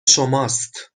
شماست